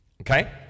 Okay